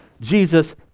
Jesus